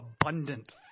abundant